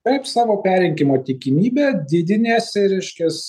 taip savo perrinkimo tikimybę didiniesi reiškias